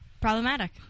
Problematic